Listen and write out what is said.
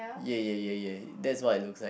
ya ya ya ya that's what it looks like